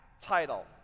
title